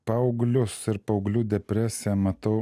paauglius ir paauglių depresiją matau